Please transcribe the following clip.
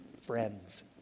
friends